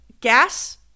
gas